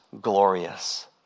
glorious